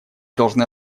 должны